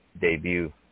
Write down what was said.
Debut